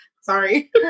sorry